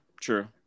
True